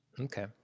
Okay